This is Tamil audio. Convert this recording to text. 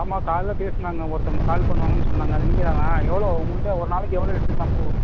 ஆமாம் காலையில் பேசினாங்க ஒருத்தவங்க கால் பண்ணுவாங்கன்னு சொன்னாங்க அது நீங்கள் தானா எவ்வளோ உங்கள் கிட்டே ஒரு நாளைக்கு எவ்வளோ எடுத்துக்கலாம் பூ